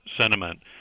sentiment